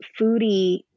foodie